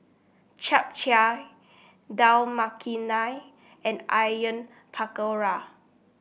Japchae Dal Makhani and Onion Pakora